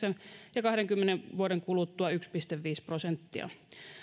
ja kahdenkymmenen vuoden kuluttua yksi pilkku viisi prosenttia